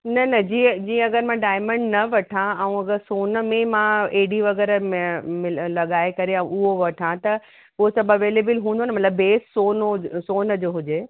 न न जीअं जीअं अगरि मां डायमंड न वठां ऐं अगरि सोन में मां एडी वगै़रह में मिल लॻाए करे उहो वठां त उहो सभु ऐवेलेबल हूंदो न मतिलब बेस सोन सोन जो हुजे